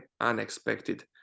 unexpected